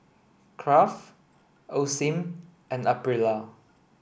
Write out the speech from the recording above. Kraft Osim and Aprilia